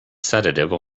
sedative